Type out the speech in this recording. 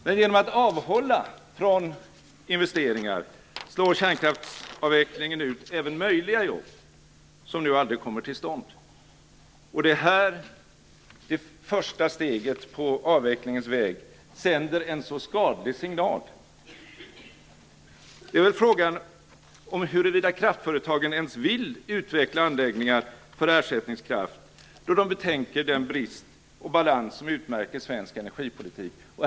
Men genom att avhålla från investeringar slår kärnkraftsavvecklingen ut även möjliga jobb, som nu aldrig kommer till stånd. Det är här det första steget på avvecklingens väg sänder en så skadlig signal. Det är väl frågan om huruvida kraftföretagen ens vill utveckla anläggningar för ersättningskraft, då de betänker den brist på sans och balans som utmärker svensk energipolitik.